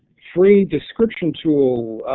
free description tool,